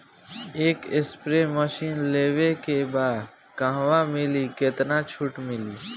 एक spray machine लेवे के बा कहवा मिली केतना छूट मिली?